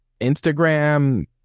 Instagram